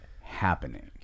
happening